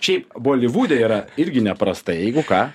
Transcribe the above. šiaip bolivude yra irgi neprastai jeigu ką